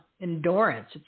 endurance